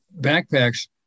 backpacks